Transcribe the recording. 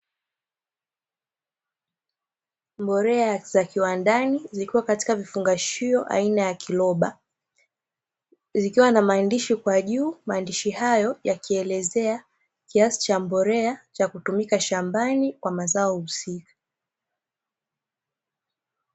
Mbolea za kiwandani zikiwa katika vifungashio aina ya kiroba, zikiwa na maandishi kwa juu. Maandishi kiasi hayo yakielezea kiasi cha mbolea cha kutumika shambani kwa mazao husika.